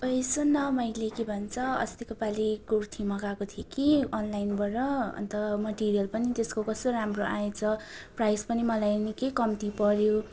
ओइ सुन न मैले के भन्छ अस्तिको पालि कुर्ती मगाएको थिएँ कि अनलाइनबाट अन्त मटेरियल पनि त्यसको कस्तो राम्रो आएछ प्राइस पनि मलाई निकै कम्ती पऱ्यो